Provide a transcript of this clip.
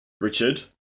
Richard